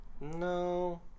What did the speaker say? No